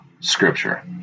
scripture